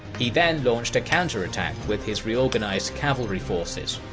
he then launched a counterattack with his reorganised cavalry forces.